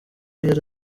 yari